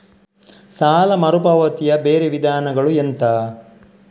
ಸಾಲ ಮರುಪಾವತಿಯ ಬೇರೆ ವಿಧಾನಗಳು ಎಂತ?